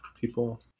people